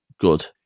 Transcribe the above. good